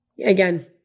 again